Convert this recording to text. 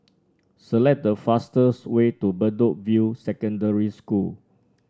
select the fastest way to Bedok View Secondary School